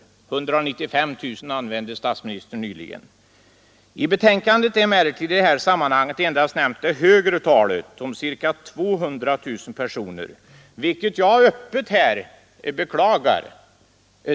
Statsministern använde nyss siffran 195 000. I betänkandet är emellertid i det här sammanhanget endast nämnt det högre talet om ca 200 000 personer, vilket jag här öppet beklagar.